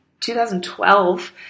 2012